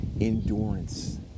endurance